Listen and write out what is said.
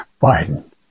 Biden